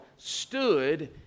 stood